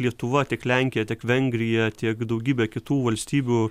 lietuva tiek lenkija tiek vengrija tiek daugybė kitų valstybių